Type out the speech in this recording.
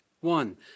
One